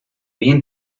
bien